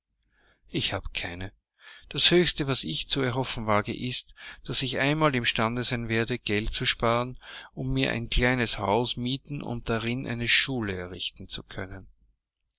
ich habe keine das höchste was ich zu erhoffen wage ist daß ich einmal im stande sein werde geld zu ersparen um mir ein kleines haus mieten und darin eine schule errichten zu können